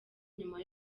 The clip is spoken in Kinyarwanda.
nyuma